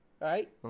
right